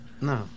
No